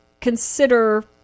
consider